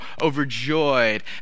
overjoyed